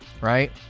Right